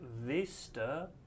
Vista